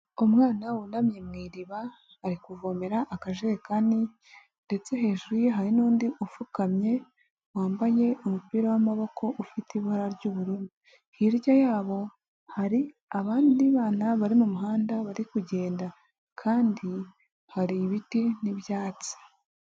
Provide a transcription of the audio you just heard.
Umwana wunamye mu iriba ari kuvomera akajerekani ndetse hejuru ye hari n'undi upfukamye wambaye umupira w'amaboko ufite ibara ry'ubururu, hirya yabo hari abandi bana bari mu muhanda bari kugenda kandi hari ibiti n'ibyatsi.